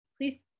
please